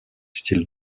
still